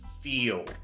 feel